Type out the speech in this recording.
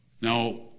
Now